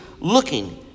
looking